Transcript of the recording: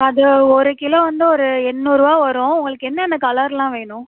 அது ஒரு கிலோ வந்து ஒரு எண்ணூறுரூவா வரும் உங்களுக்கு என்னென்ன கலர்லாம் வேணும்